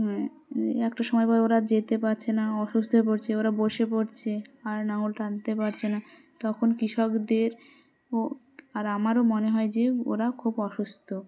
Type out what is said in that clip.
হ্যাঁ একটা সময় পর ওরা যেতে পারছে না অসুস্থ হয়ে পড়ছে ওরা বসে পড়ছে আর নাঙল টানতে পারছে না তখন কৃষকদের ও আর আমারও মনে হয় যে ওরা খুব অসুস্থ